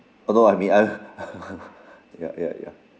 uh no I mean I ya ya ya